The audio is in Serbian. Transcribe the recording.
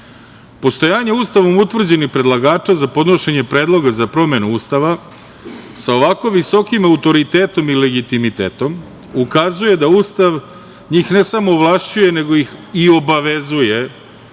Postojanje Ustava utvrđeni predlagača za podnošenje Predloga za promenu Ustava, sa ovako visokim autoritetom i legitimitetom ukazuje da Ustav njih ne samo ovlašćuje, nego ih i obavezuje